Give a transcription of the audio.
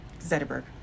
zetterberg